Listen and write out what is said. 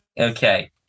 Okay